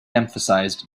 emphasized